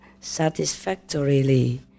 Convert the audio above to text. satisfactorily